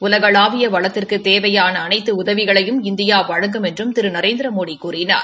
உலகளாவிய வளத்திற்குத் தேவையான அனைத்து உதவிகளையும் இந்தியா வழங்கும் என்றும் திரு நரேந்திரமோடி கூறினார்